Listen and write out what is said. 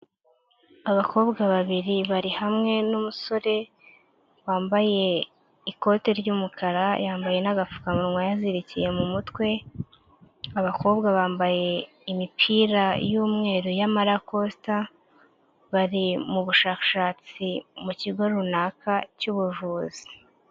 Abakobwa babiri bari hamwe n'umusore wambaye ikote ry'umukara, yambaye n'agapfukamunwa yazirikiye mu mutwe, abakobwa bambaye imipira y'umweru y'amarakosita, bari mu bushakashatsi mu kigo runaka cy'ubuvuzi.